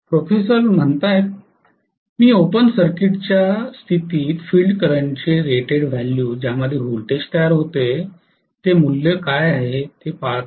professor मी open सर्किटच्या स्थितीत फील्ड करंटचे रेटेड व्हॅल्यू ज्यामध्ये व्होल्टेज तयार होते ते मूल्य काय आहे ते पाहत आहे